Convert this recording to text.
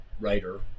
writer